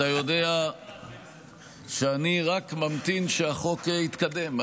אתה יודע שאני רק ממתין שהחוק יתקדם.